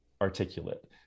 articulate